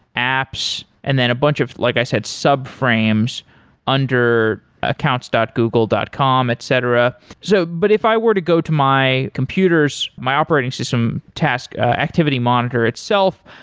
apps and then a bunch of, like i said subframes under accounts google dot com etc. so but if i were to go to my computer's, my operating system task activity monitor itself,